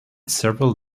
several